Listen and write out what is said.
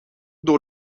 door